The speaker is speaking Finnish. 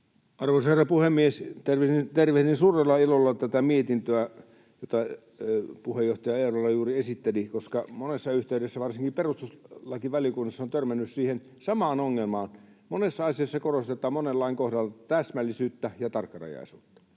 Arvoisa herra puhemies! Tervehdin suurella ilolla tätä mietintöä, jonka puheenjohtaja Eerola juuri esitteli, koska monessa yhteydessä, varsinkin perustuslakivaliokunnassa, olen törmännyt siihen samaan ongelmaan. Monessa asiassa korostetaan monen lain kohdalla täsmällisyyttä ja tarkkarajaisuutta.